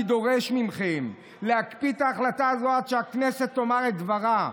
אני דורש מכם להקפיא את ההחלטה הזו עד שהכנסת תאמר את דברה.